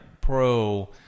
pro